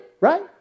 right